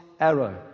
arrow